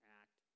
act